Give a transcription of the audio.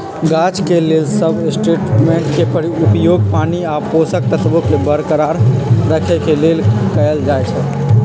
गाछ के लेल सबस्ट्रेट्सके उपयोग पानी आ पोषक तत्वोंके बरकरार रखेके लेल कएल जाइ छइ